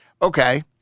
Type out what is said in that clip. Okay